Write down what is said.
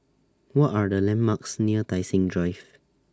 What Are The landmarks near Tai Seng Drive